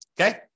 Okay